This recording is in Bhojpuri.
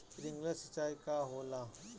स्प्रिंकलर सिंचाई का होला?